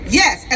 yes